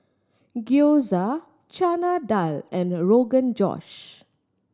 Gyoza Chana Dal and Rogan Josh